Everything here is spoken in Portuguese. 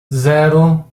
zero